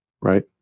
Right